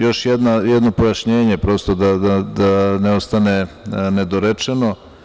Još jedno pojašnjenje, prosto da ne ostane nedorečeno.